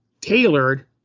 tailored